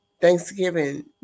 Thanksgiving